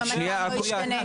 אם המצב לא ישתנה?